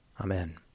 Amen